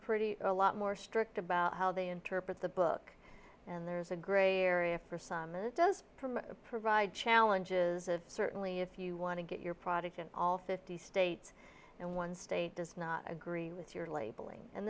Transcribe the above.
pretty a lot more strict about how they interpret the book and there's a gray area for some it does provide challenges of certainly if you want to get your product in all fifty states and one state does not agree with your labeling and